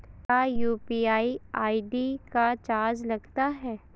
क्या UPI ID का charge लगता है?